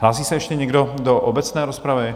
Hlásí se ještě někdo do obecné rozpravy?